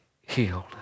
healed